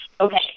Okay